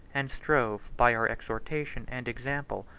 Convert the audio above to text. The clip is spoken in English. and strove, by her exhortation and example,